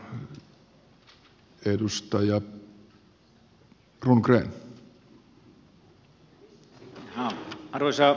arvoisa puhemies